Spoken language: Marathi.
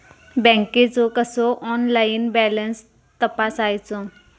बँकेचो कसो ऑनलाइन बॅलन्स तपासायचो?